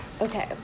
Okay